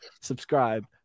subscribe